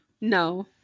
no